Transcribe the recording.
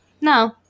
No